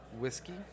whiskey